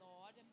Lord